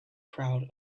crowd